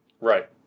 Right